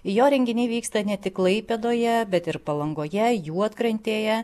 jo renginiai vyksta ne tik klaipėdoje bet ir palangoje juodkrantėje